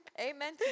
Amen